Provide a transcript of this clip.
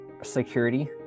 security